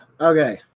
Okay